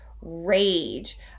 rage